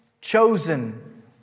Chosen